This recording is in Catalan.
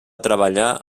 treballar